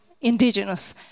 Indigenous